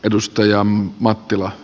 sentään jotain